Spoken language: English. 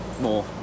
more